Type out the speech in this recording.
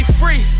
free